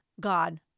God